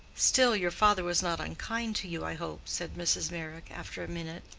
still your father was not unkind to you, i hope, said mrs. meyrick, after a minute,